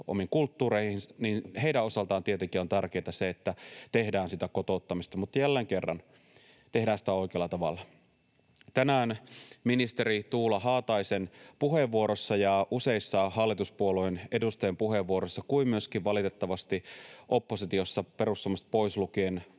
kulttuureihinsa — tietenkin on tärkeätä, että tehdään kotouttamista. Mutta jälleen kerran: tehdään sitä oikealla tavalla. Tänään ministeri Tuula Haataisen puheenvuorossa ja useissa hallituspuolueiden edustajien puheenvuoroissa niin kuin myöskin valitettavasti oppositiossa perussuomalaiset poislukien